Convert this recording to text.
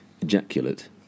ejaculate